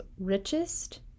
richest